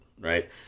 right